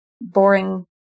boring